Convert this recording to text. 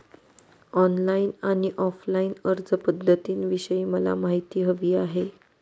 online आणि offline अर्जपध्दतींविषयी मला माहिती हवी आहे